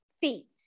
feet